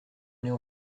aller